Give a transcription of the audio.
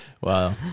Wow